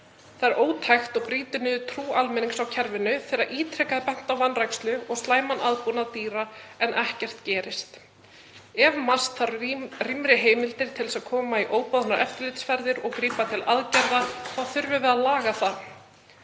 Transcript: Það er ótækt og brýtur niður trú almennings á kerfinu þegar ítrekað er bent á vanrækslu og slæman aðbúnað dýra en ekkert gerist. Ef Matvælastofnun þarf rýmri heimildir til að koma í óboðnar eftirlitsferðir og grípa til aðgerða þurfum við að laga það.